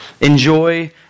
Enjoy